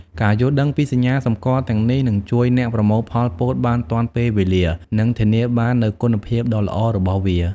ការយល់ដឹងពីសញ្ញាសម្គាល់ទាំងនេះនឹងជួយអ្នកប្រមូលផលពោតបានទាន់ពេលវេលា និងធានាបាននូវគុណភាពដ៏ល្អរបស់វា។